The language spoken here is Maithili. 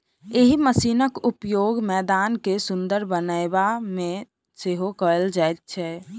एहि मशीनक उपयोग मैदान के सुंदर बनयबा मे सेहो कयल जाइत छै